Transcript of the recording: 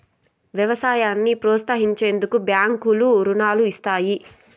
వ్యవసాయాన్ని ప్రోత్సహించేందుకు బ్యాంకులు రుణాలను ఇస్తాయి